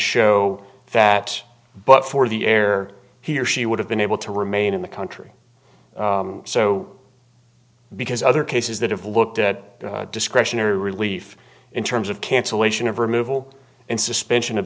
show that but for the air he or she would have been able to remain in the country so because other cases that have looked at discretionary relief in terms of cancellation of removal and suspension of